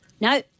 No